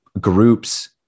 groups